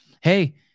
Hey